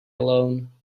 alone